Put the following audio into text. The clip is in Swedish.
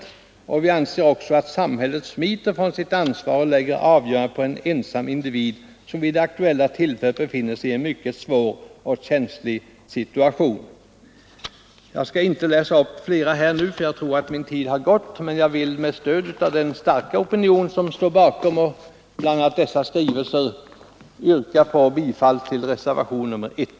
Vi anser också att den nu framlagda propositionen innebär, att samhället smiter från sitt ansvar och lägger avgörandet på en ensam individ, som vid det aktuella tillfället befinner sig i en mycket svår och känslig situation.” Jag skall inte läsa upp flera skrivelser, för jag tror att min tid har gått, men jag vill med stöd av den starka opinion som står bakom bl.a. alla dessa skrivelser yrka bifall till reservationen 1.